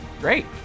Great